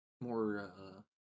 more